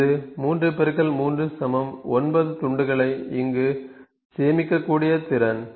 இது 3 3 9 துண்டுகளை இங்கே சேமிக்கக்கூடிய திறன்